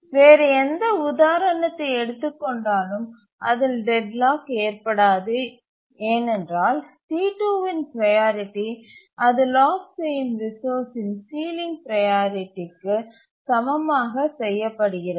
வேறு எந்த உதாரணத்தை எடுத்துக் கொண்டாலும் அதில் டெட்லாக் ஏற்படாது ஏனென்றால் T2 இன் ப்ரையாரிட்டி அது லாக் செய்யும் ரிசோர்ஸ்சின் சீலிங் ப்ரையாரிட்டிக்கு சமமாக செய்யப்படுகிறது